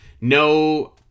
no